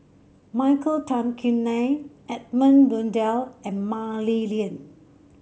Michael Tan Kim Nei Edmund Blundell and Mah Li Lian